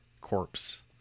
corpse